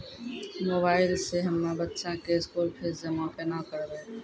Mobile से हम्मय बच्चा के स्कूल फीस जमा केना करबै?